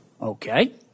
Okay